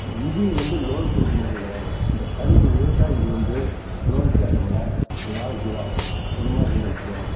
இவங்க வந்து லோன் கொடுக்க மாட்டேங்கிறாங்க இந்த கரும்பு விவசாயிக்கு வந்து லோன் கேட்டோமுன்னா நாளைக்கு வா ஒரு மாதம் கழித்து வா